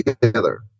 together